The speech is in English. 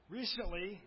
recently